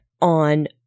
on